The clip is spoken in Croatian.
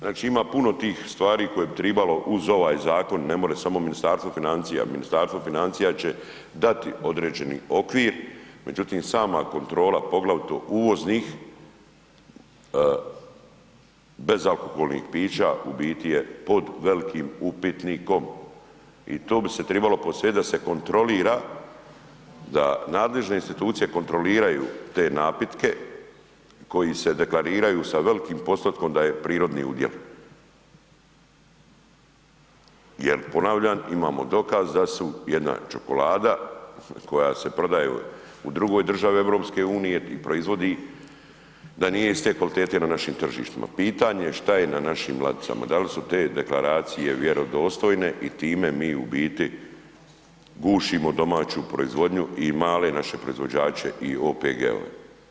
Znači ima puno tih stvari koje bi trebalo uz ovaj zakon, ne može samo Ministarstvo financija, Ministarstvo financija će dati određeni okvir međutim sama kontrola poglavito uvoznih bezalkoholnih pića, u biti je pod velikim upitnikom i to bi se trebalo posvetiti da se kontrolira, da nadležne institucije kontroliraju te napitke koji se deklariraju sa velikim postotkom da je prirodni udjel jer ponavljam, imamo dokaz da su jedna čokolada koja se prodaje u drugoj državi EU-a i proizvodi, da nije iste kvalitete na našim tržištima, pitanje je šta je na našim ladicama, da li su te deklaracije vjerodostojne i time mi u biti gušimo domaću proizvodnju i male naše proizvođače i OPG-ove.